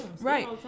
Right